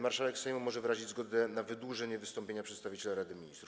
Marszałek Sejmu może wyrazić zgodę na wydłużenie wystąpienia przedstawiciela Rady Ministrów.